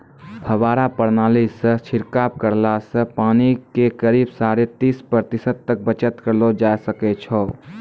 फव्वारा प्रणाली सॅ छिड़काव करला सॅ पानी के करीब साढ़े तीस प्रतिशत तक बचत करलो जाय ल सकै छो